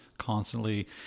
constantly